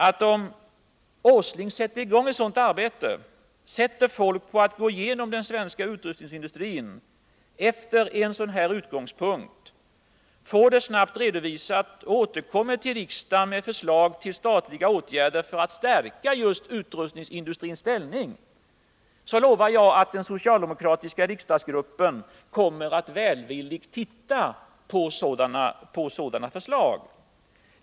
Om herr Åsling sätter i gång ett sådant arbete och låter folk gå igenom den svenska utrustningsindustrin med dessa utgångspunkter, får det snart redovisat och återkommer till riksdagen med förslag till statliga åtgärder för att stärka just utrustningsindustrins ställning, lovar jag att den socialdemokratiska riksdagsgruppen kommer att välvilligt se på sådana förslag.